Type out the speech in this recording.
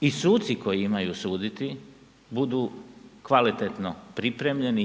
i suci koji imaju suditi budu kvalitetno pripremljeni,